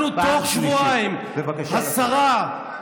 אנחנו תוך שבועיים, השרה, בבקשה לצאת.